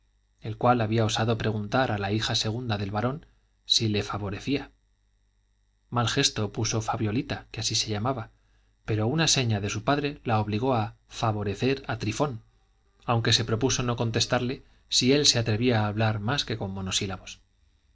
el cual había osado preguntar a la hija segunda del barón si le favorecía mal gesto puso fabiolita que así se llamaba pero una seña de su padre la obligó a favorecer a trifón aunque se propuso no contestarle si él se atrevía a hablar más que con